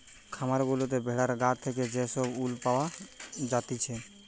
খামার গুলাতে ভেড়ার গা থেকে যে সব উল পাওয়া জাতিছে